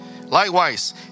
Likewise